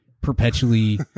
perpetually